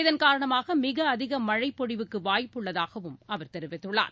இதன் காரணமாக மிக அதிக மழைப் பொழிவுக்கு வாய்ப்புள்ளதாகவும் அவர் தெரிவித்துள்ளார்